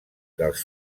dels